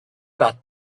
that